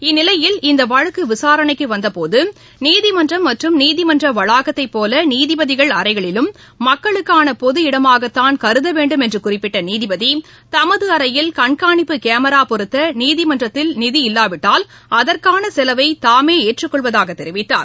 இந்நிலையில் இந்த வழக்கு விசாரணைக்கு வந்த போது நீதிமன்றம் மற்றும் நீதிமன்ற வளாகத்தை போல நீதிபதிகள் அறைகளிலும் மக்களுக்கான பொது இடமாகத்தான் கருத வேண்டும் என்று குறிப்பிட்ட நீதிபதி தமது அறையில் கண்காணிப்பு கேமிரா பொருத்த நீதிமன்றத்தில் நிதி இல்லாவிட்டால் அதற்கான செலவை தாமே ஏற்றுக்கொள்வதாக தெரிவிக்கார்